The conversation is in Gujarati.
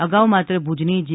અગાઉ માત્ર ભુજની જી